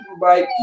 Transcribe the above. bye